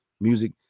music